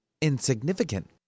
insignificant